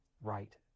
right